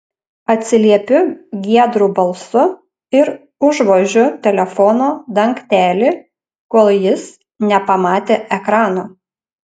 atsiliepiu giedru balsu ir užvožiu telefono dangtelį kol jis nepamatė ekrano